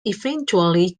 eventually